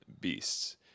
Beasts